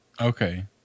Okay